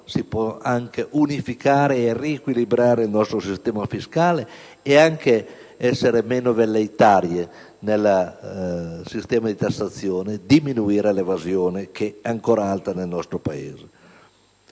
si può anche unificare e riequilibrare il nostro sistema fiscale ed essere anche meno velleitari nel sistema di tassazione, diminuendo l'evasione che è ancora alta nel nostro Paese.